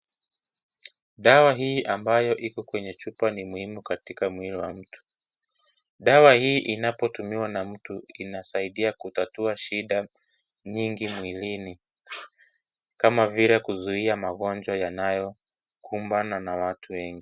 Dawa hii ambayo iko kwenye chupa ni muhimu katika mwili wa mtu. Dawa hii inapo tumiwa na mtu inasaidia kutatua shida nyingi mwilini, kama vile kuzuia magonjwa yanayo kumbana na watu wengi.